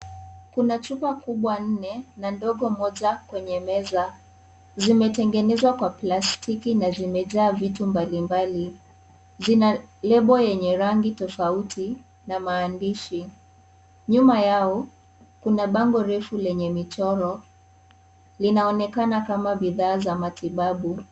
Kuna chupa kubwa nne na ndogo moja, kwenye meza. Zimetengenezwa kwa plasitiki na zimejaa vitu mbalimbali. Zina label yenye rangi tofauti na maandishi. Nyuma yao, kuna bango refu lenye michoro. Inaonekana kama bidhaa za matibabu.